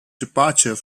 departure